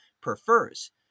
prefers